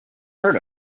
heard